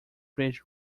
bridge